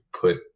put